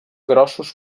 grossos